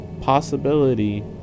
possibility